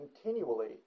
continually